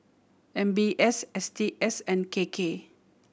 M B S S T S and K K